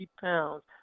pounds